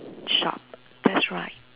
shop that's right